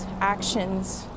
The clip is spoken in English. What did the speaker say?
actions